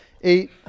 eight